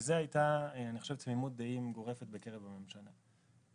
על זה הייתה תמימות דעים גורפת בקרב הממשלה.